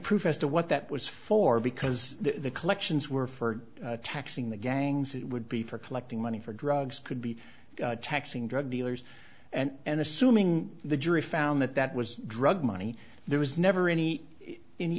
proof as to what that was for because the collections were for taxing the gangs it would be for collecting money for drugs could be taxing drug dealers and assuming the jury found that that was drug money there was never any any